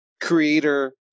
creator